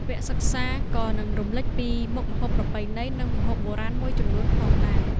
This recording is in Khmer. វគ្គសិក្សាក៏នឹងរំលេចពីមុខម្ហូបប្រពៃណី និងម្ហូបបុរាណមួយចំនួនផងដែរ។